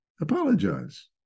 apologize